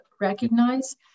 recognize